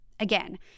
Again